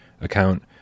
account